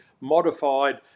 modified